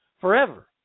forever